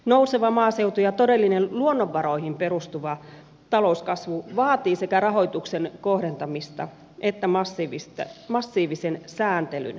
nouseva maaseutu ja todellinen luonnonvaroihin perustuva talouskasvu vaativat sekä rahoituksen kohdentamista että massiivisen sääntelyn määrätietoista purkamista